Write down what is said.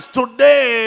today